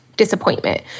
Disappointment